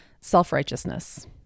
self-righteousness